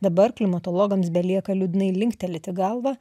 dabar klimatologams belieka liūdnai linktelėti galvą